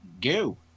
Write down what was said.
go